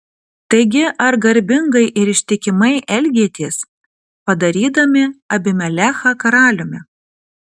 taigi ar garbingai ir ištikimai elgėtės padarydami abimelechą karaliumi